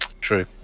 True